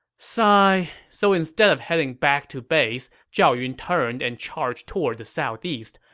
sigh. so instead of heading back to base, zhao yun turned and charged toward the southeast.